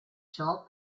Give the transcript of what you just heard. ciò